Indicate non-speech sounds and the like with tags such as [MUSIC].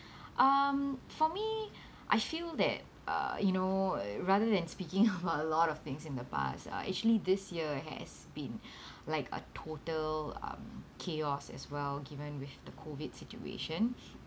um for me I feel that uh you know rather than speaking about a lot of things in the past uh actually this year has been [BREATH] like a total um chaos as well given with the COVID situation